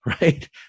right